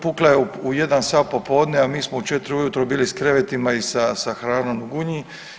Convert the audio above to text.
Pukla je u 1 sat popodne, a mi smo u 4 u jutro bili sa krevetima i sa hranom u Gunji.